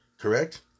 Correct